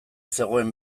zegoen